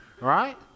right